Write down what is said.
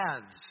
paths